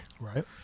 right